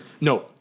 no